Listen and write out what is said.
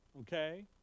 okay